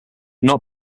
not